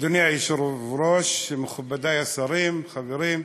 אדוני היושב-ראש, מכובדי השרים, חברים,